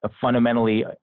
fundamentally